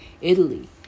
italy